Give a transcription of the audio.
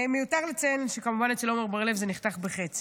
מיותר לציין שכמובן אצל עמר בר לב זה נחתך בחצי.